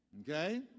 Okay